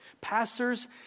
Pastors